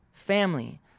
family